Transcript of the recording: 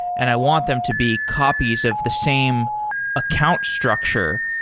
and i want them to be copies of the same account structure.